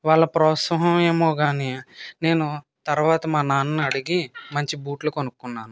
వాళ్ళ ప్రోత్సాహం ఏమో గాని నేను తర్వాత మా నాన్నని అడిగి మంచి బూట్లు కొనుక్కున్నాను